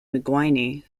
mcguinty